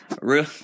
Real